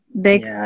big